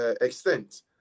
extent